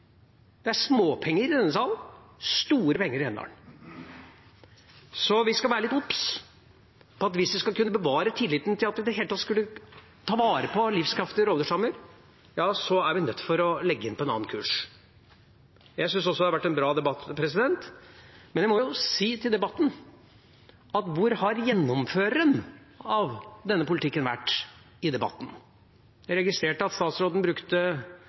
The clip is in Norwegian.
Det er småpenger for denne salen og store penger i Rendalen. Så vi skal være litt obs på at hvis vi skal kunne bevare tilliten til at vi i det hele tatt skal kunne ta vare på livskraftige roller sammen, så er vi nødt til å legge om til en annen kurs. Jeg synes også det har vært en bra debatt, men jeg må jo spørre: Hvor har gjennomføreren av denne politikken vært i debatten? Jeg registrerte at statsråden brukte